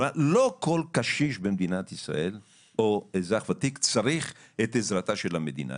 לא כל קשיש במדינת ישראל או אזרח ותיק צריך את העזרה של מדינת ישראל.